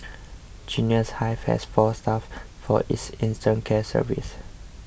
Genius Hive has four staff for its infant care services